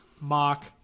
mock